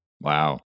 Wow